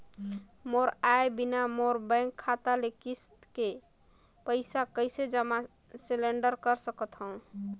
मोर आय बिना मोर बैंक खाता ले किस्त के पईसा कइसे जमा सिलेंडर सकथव?